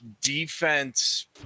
defense